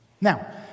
Now